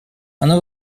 она